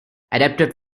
adapted